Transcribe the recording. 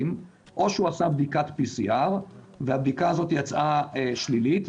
או שהוא עשה בדיקת PCR ושהבדיקה הזאת יצאה שלילית,